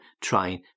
trying